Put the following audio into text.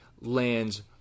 lands